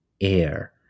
air